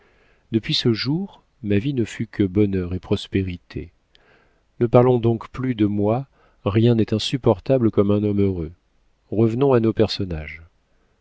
depuis ce jour ma vie ne fut que bonheur et prospérité ne parlons donc plus de moi rien n'est insupportable comme un homme heureux revenons à nos personnages